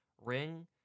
ring